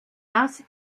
das